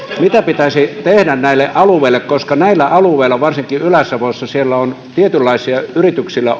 mitä pitäisi tehdä näille alueille koska näillä alueilla varsinkin ylä savossa on tietynlaisilla yrityksillä